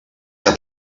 que